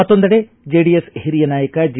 ಮತ್ತೊಂದೆಡೆ ಜೆಡಿಎಸ್ ಹಿರಿಯ ನಾಯಕ ಜಿ